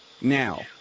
Now